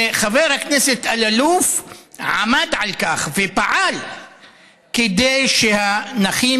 וחבר הכנסת אלאלוף עמד על כך ופעל כדי שהנכים